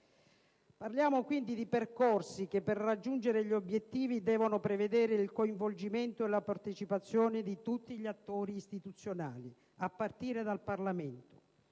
Parliamo, quindi, di percorsi che, per raggiungere gli obiettivi, devono prevedere il coinvolgimento e la partecipazione di tutti gli attori istituzionali, a partire dal Parlamento.